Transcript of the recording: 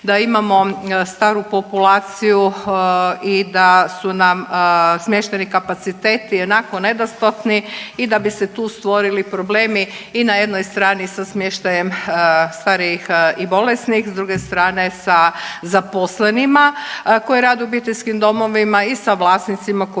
da imamo staru populaciju i da su nam smještajni kapaciteti ionako nedostatni i da bi se tu stvorili problemi i na jednoj strani sa smještajem starijih i bolesnih, s druge strane, sa zaposlenima koji rade u obiteljskim domovima i sa vlasnicima koji